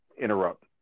interrupt